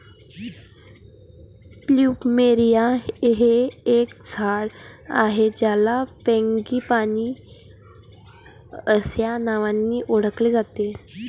plumeria हे एक झाड आहे ज्याला फ्रँगीपानी अस्या नावानी ओळखले जाते